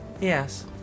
Yes